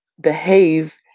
behave